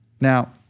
Now